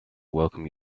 welcome